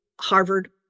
Harvard